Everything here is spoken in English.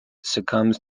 succumbs